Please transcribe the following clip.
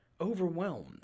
overwhelmed